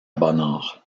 bonnard